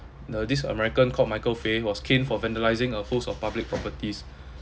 the this american called michael fay was caned for vandalising a host of public properties